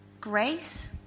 grace